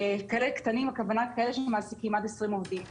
הכוונה לכאלה שמעסיקים עד 20 עובדים.